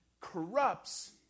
corrupts